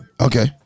okay